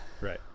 Right